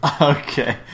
Okay